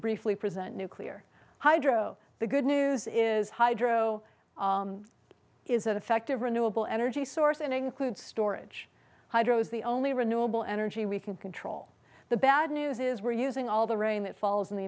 briefly present nuclear hydro the good news is hydro is that effective renewable energy source and include storage hydro is the only renewable energy we can control the bad news is we're using all the rain that falls in the